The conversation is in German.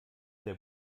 der